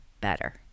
better